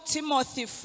Timothy